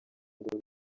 ngo